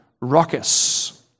raucous